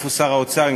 איפה שר האוצר?